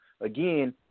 again